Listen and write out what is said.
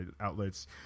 outlets